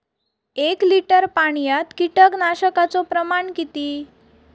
एक लिटर पाणयात कीटकनाशकाचो प्रमाण किती?